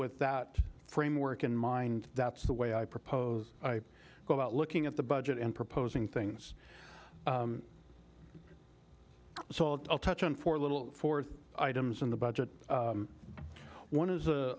with that framework in mind that's the way i propose i go about looking at the budget and proposing things so i'll touch on four little fourth items in the budget one is